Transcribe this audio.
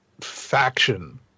faction